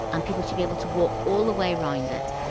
and people should be able to walk all the way around it.